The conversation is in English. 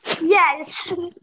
Yes